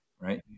right